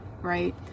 right